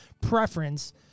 preference